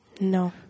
No